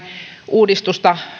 uudistusta